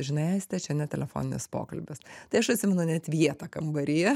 žinai aiste čia ne telefoninis pokalbis tai aš atsimenu net vietą kambaryje